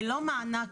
ללא מענק,